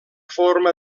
forma